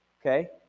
Okay